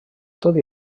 tot